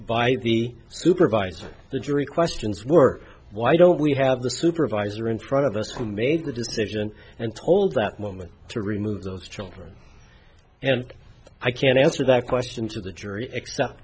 by the supervisor the jury questions were why don't we have the supervisor in front of us who made the decision and told that moment to remove those children and i can answer that question to the jury